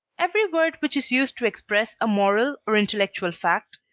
every word which is used to express a moral or intellectual fact,